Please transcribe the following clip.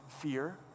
fear